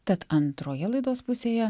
tad antroje laidos pusėje